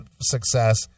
success